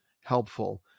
helpful